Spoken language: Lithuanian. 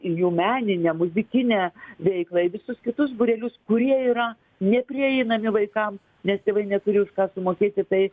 į jų meninę muzikinę veiklą į visus kitus būrelius kurie yra neprieinami vaikams nes tėvai neturi už ką sumokėti tai